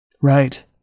Right